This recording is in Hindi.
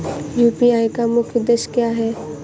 यू.पी.आई का मुख्य उद्देश्य क्या है?